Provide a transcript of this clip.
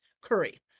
curry